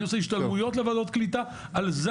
אני עושה השתלמויות לוועדות קליטה,